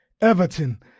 Everton